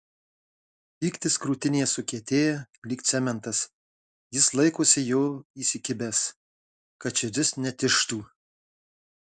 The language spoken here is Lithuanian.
pyktis krūtinėje sukietėja lyg cementas jis laikosi jo įsikibęs kad širdis netižtų